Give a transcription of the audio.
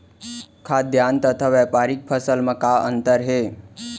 खाद्यान्न तथा व्यापारिक फसल मा का अंतर हे?